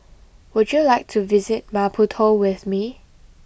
would you like to visit Maputo with me